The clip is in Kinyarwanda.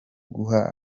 guha